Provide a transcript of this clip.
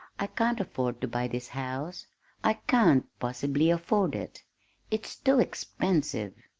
i can't afford to buy this house i can't possibly afford it it's too expensive.